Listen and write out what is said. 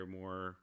more